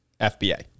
FBA